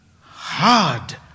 hard